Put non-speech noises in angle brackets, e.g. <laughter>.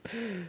<breath>